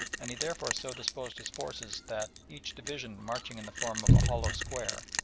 and he therefore so disposed his forces that, each division marching in the form of a hollow square,